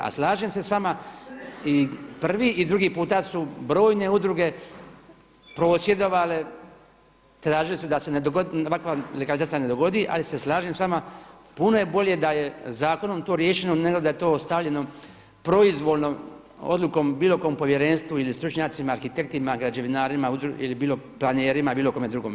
A slažem se s vama i prvi i drugi puta su brojne udruge prosvjedovale tražili su da se ovakva legalizacija ne dogodi, ali se slažem s vama, puno je bolje da je zakonom to riješeno nego da je to ostavljeno proizvoljno odlukom bilo kom povjerenstvu ili stručnjacima, arhitektima, građevinarima, planerima i bilo kome drugome.